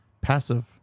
passive